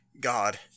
god